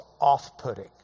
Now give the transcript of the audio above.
off-putting